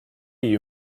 you